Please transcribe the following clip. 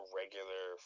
regular